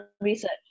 research